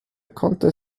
konnte